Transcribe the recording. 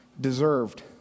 deserved